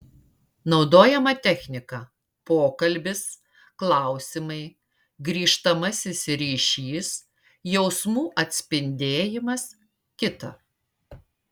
naudojama technika pokalbis klausimai grįžtamasis ryšys jausmų atspindėjimas kita